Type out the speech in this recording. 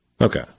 Okay